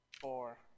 four